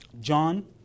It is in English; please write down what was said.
John